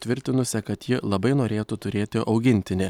tvirtinusią kad ji labai norėtų turėti augintinį